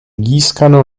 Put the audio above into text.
gießkanne